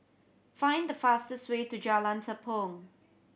find the fastest way to Jalan Tepong